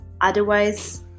Otherwise